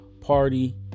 party